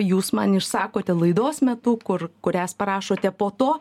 jūs man išsakote laidos metu kur kurias parašote po to